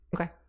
Okay